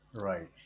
Right